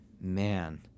man